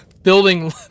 Building